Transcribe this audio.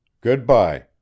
Good-bye